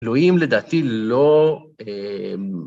תלויים לדעתי לא...